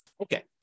okay